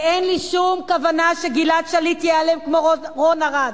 ואין לי שום כוונה שגלעד שליט ייעלם כמו רון ארד.